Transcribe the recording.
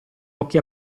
occhi